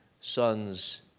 sons